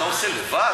אתה עושה לבד?